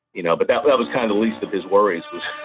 you know but that but was kind of the least of his worries was,